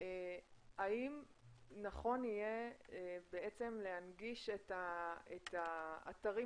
האם נכון יהיה בעצם להנגיש את האתרים